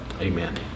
Amen